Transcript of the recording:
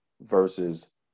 versus